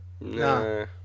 nah